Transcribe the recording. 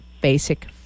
Basic